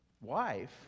wife